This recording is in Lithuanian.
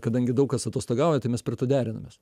kadangi daug kas atostogauja tai mes prie to derinamės